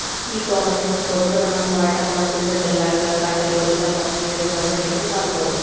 ಈ ಕಾಮರ್ಸ್ ಮೂಲಕ ಉತ್ಪನ್ನಗಳನ್ನ ಮಾರಾಟ ಮಾಡೋದ್ರಿಂದ ದಲ್ಲಾಳಿಗಳ ಕಾಟ ಇರೋದಿಲ್ಲ ಮತ್ತ್ ನಿಗದಿ ಮಾಡಿದ ರಟೇಗೆ ಮಾರಬೋದು